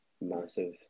massive